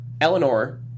Eleanor